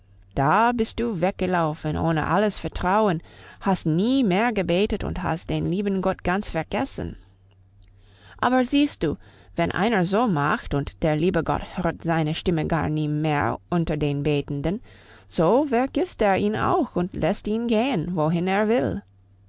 da bist du weggelaufen ohne alles vertrauen hast nie mehr gebetet und hast den lieben gott ganz vergessen aber siehst du wenn einer es so macht und der liebe gott hört seine stimme gar nie mehr unter den betenden so vergisst er ihn auch und lässt ihn gehen wohin er will